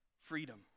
freedom